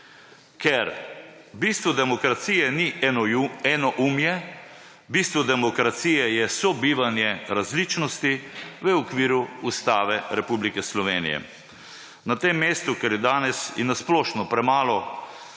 Ker bistvo demokracije ni enoumje, bistvo demokracije je sobivanje različnosti v okviru Ustave Republike Slovenije. Na tem mestu – ker je danes je na splošno premalo